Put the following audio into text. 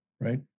Right